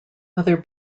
other